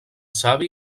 savi